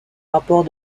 rapport